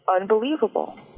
Unbelievable